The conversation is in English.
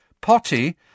Potty